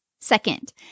Second